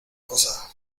cosa